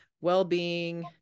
well-being